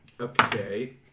Okay